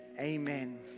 amen